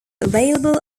available